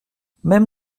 même